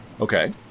Okay